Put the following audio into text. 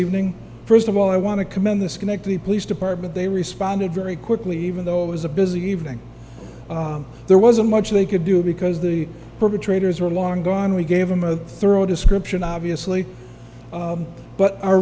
evening first of all i want to commend the schenectady police department they responded very quickly even though it was a busy evening there wasn't much they could do because the perpetrators were long gone we gave them a thorough description obviously but